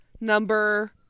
number